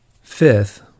Fifth